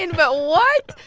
and but what?